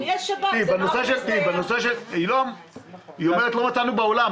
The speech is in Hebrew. היא אומרת: לא מצאנו בעולם.